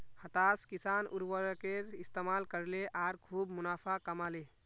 हताश किसान उर्वरकेर इस्तमाल करले आर खूब मुनाफ़ा कमा ले